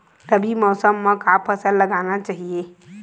रबी मौसम म का फसल लगाना चहिए?